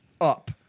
up